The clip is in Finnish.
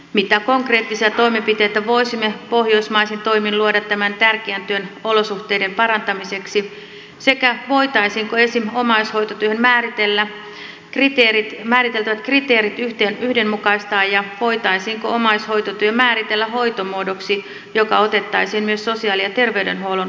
mitä konkreettisia toimenpiteitä voisimme pohjoismaisin toimin luoda tämän tärkeän työn olosuhteiden parantamiseksi sekä voitaisiinko esimerkiksi omaishoitotyöhön määriteltävät kriteerit yhdenmukaistaa ja voitaisiinko omaishoitotyö määritellä hoitomuodoksi joka otettaisiin myös sosiaali ja terveydenhuollon koulutusohjelmassa huomioon